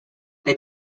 they